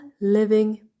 living